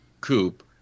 coupe